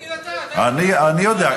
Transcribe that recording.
תגיד אתה, אתה יודע.